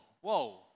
whoa